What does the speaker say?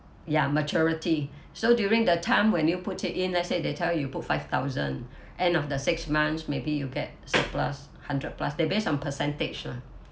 ya maturity so during the time when you put it in let's say they tell you put five thousand end of the six months may be you get surplus hundred plus they based on percentage lah